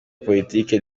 politike